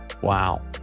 Wow